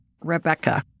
Rebecca